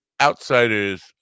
outsider's